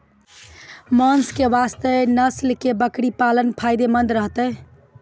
मांस के वास्ते कोंन नस्ल के बकरी पालना फायदे मंद रहतै?